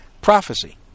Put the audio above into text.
prophecy